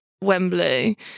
Wembley